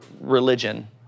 religion